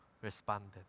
responded